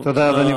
תודה, אדוני.